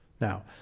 Now